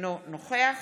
אינו נוכח